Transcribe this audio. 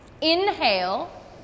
Inhale